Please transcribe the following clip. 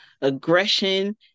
aggression